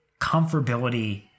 comfortability